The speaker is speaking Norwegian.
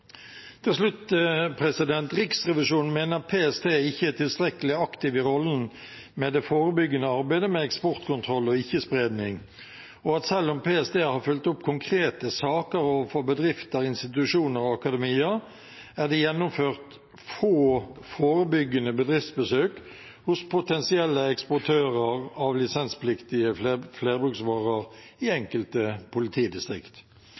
Til slutt: Riksrevisjonen mener PST ikke er tilstrekkelig aktiv i rollen med det forebyggende arbeidet med eksportkontroll og ikke-spredning, og at selv om PST har fulgt opp konkrete saker overfor bedrifter, institusjoner og akademia, er det gjennomført få forebyggende bedriftsbesøk hos potensielle eksportører av lisenspliktige flerbruksvarer i enkelte politidistrikt.